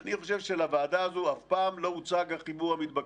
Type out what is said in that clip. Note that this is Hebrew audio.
אני חושב שלוועדה הזו אף פעם לא הוצג החיבור המתבקש.